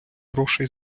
грошей